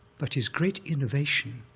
but his great innovation